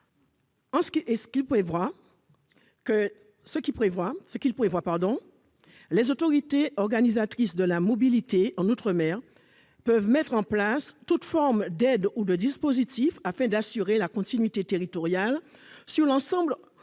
amendement prévoyait que les autorités organisatrices des mobilités en outre-mer puissent mettre en place toute forme d'aide ou de dispositif afin d'assurer la continuité territoriale sur l'ensemble de